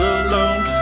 alone